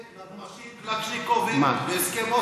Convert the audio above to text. נשק, נגמ"שים, קלצ'ניקובים בהסכם אוסלו.